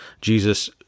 Jesus